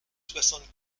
soixante